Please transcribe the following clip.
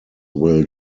will